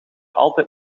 altijd